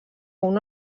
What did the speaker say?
una